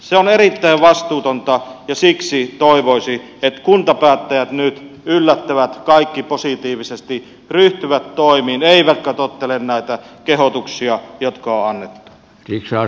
se on erittäin vastuutonta ja siksi toivoisi että kuntapäättäjät nyt yllättävät kaikki positiivisesti ryhtyvät toimiin eivätkä tottele näitä kehotuksia jotka on annettu